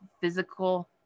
physical